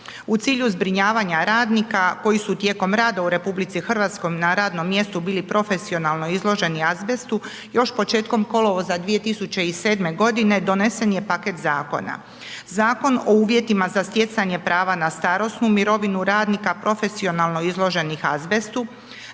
U cilju zbrinjavanja radnika koji su tijekom rada u RH na radnom mjestu bili profesionalno izloženi azbestu još početkom kolovoza 2007. godine donesen je paket zakona. Zakon o uvjetima za stjecanje prava na starosnu mirovinu radnika profesionalno izloženih azbestu,